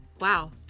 Wow